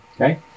okay